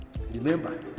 Remember